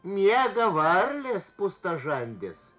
miega varlės pūstažandės